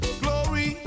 glory